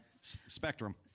Spectrum